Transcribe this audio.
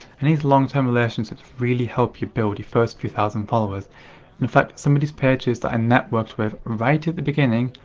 and these long term relationships, really help you build your first few thousand followers and in fact, some of these pages that i networked with right at the beginning,